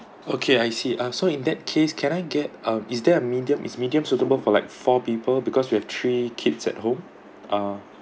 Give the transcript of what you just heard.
okay I see uh so in that case can I get uh is there a medium is medium suitable for like four people because we have three kids at home ah